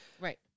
Right